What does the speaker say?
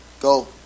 go